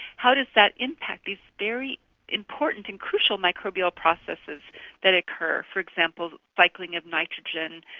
how does that impact these very important and crucial microbial processes that occur. for example, cycling of nitrogen,